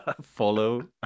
follow